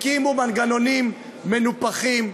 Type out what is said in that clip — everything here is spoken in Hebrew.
הקימו מנגנונים מנופחים,